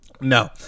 No